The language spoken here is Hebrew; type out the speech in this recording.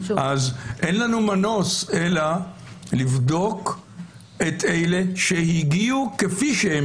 אז אין לנו מנוס אלא לבדוק את אלה שהגיעו כפי שהם